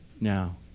now